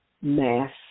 mass